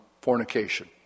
fornication